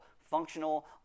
functional